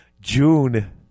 June